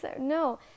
no